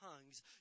tongues